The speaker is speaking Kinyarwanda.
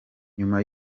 nyuma